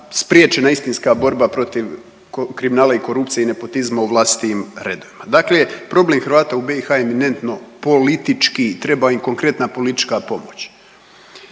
spriječena je istinska borba protiv kriminala i korupcije i nepotizma u vlastitim redovima, dakle problem Hrvata u BiH je eminentno politički i treba im konkretna politička pomoć.